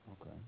Okay